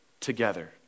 Together